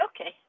Okay